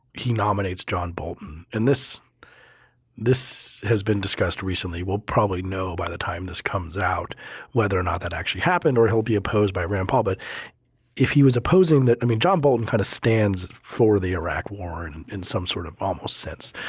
he nominates john bolton and this this has been discussed recently. we will probably know by the time this comes out whether or not that actually happened or he will be opposed by rand paul. but if he was opposing that i mean john bolton kind of stands for the iraq war and and in some sort of um normal sense.